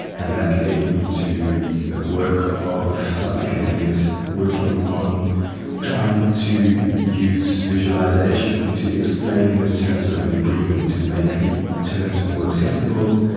and that led me to the ah work of some academics working on trying to use visualisation to explain the terms of an agreement, to make the terms more accessible.